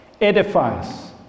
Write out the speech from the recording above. edifies